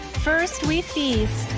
first we faced.